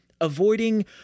avoiding